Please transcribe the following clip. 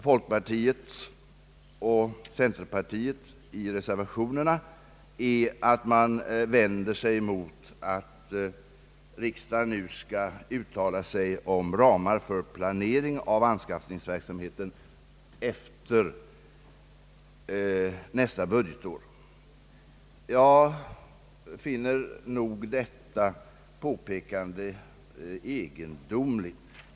Folkpartiet och centerpartiet har sedan i sina reservationer vänt sig mot att riksdagen nu skall uttala sig om ramar för planeringen av anskaffningsverksamheten efter nästa budgetår. Jag finner detta påpekande egendomligt.